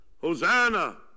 Hosanna